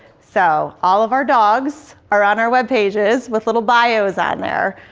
so all of our dogs are on our web pages with little bios on there.